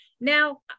Now